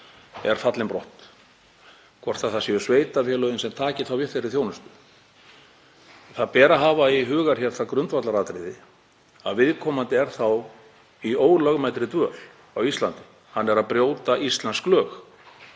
eru fallinn brott, hvort það séu sveitarfélögin sem taki þá við þeirri þjónustu. Hafa ber í huga það grundvallaratriði að viðkomandi er þá í ólögmætri dvöl á Íslandi. Hann er að brjóta íslensk lög